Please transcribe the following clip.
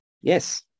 Yes